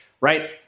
right